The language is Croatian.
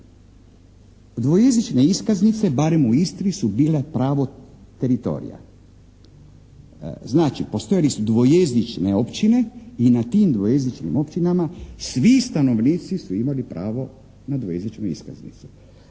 dvojezične iskaznice barem u Istri su bile pravo teritorija. Znači, postojale su dvojezične općine i na tim dvojezičnim općinama svi stanovnici su imali pravo na dvojezičnu iskaznicu.